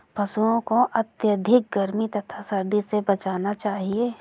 पशूओं को अत्यधिक गर्मी तथा सर्दी से बचाना चाहिए